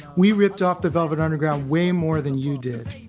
we ripped off the velvet underground way more than you did.